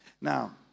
Now